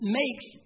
makes